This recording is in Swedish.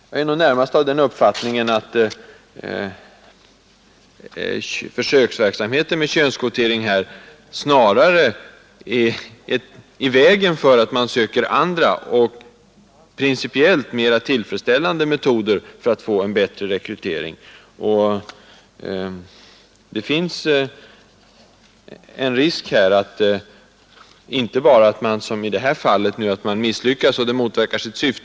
Jag är närmast av den uppfattningen att försöksverksamheten med könskvotering snarare är i vägen för andra och principiellt mera tillfredsställande metoder att få en bättre rekrytering. Risken är inte bara att man, som i det här fallet, misslyckas och motverkar syftet.